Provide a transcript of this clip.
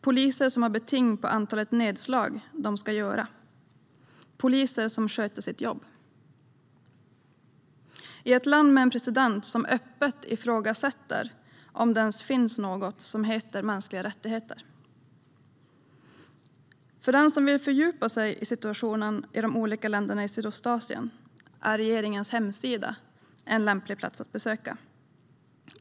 Poliser har beting på antalet nedslag de ska göra - poliser som sköter sitt jobb i ett land med en president som öppet ifrågasätter om det ens finns något som heter mänskliga rättigheter. För den som vill fördjupa sig i situationen i de olika länderna i Sydostasien är regeringens hemsida en lämplig plats att besöka.